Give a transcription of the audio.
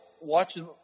watching